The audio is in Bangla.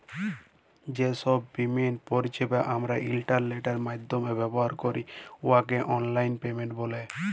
যে ছব পেমেন্ট পরিছেবা আমরা ইলটারলেটের মাইধ্যমে ব্যাভার ক্যরি উয়াকে অললাইল পেমেল্ট ব্যলে